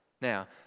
Now